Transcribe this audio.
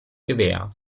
gewehr